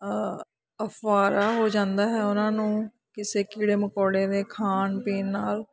ਅਫਾਰਾ ਹੋ ਜਾਂਦਾ ਹੈ ਉਹਨਾਂ ਨੂੰ ਕਿਸੇ ਕੀੜੇ ਮਕੌੜੇ ਦੇ ਖਾਣ ਪੀਣ ਨਾਲ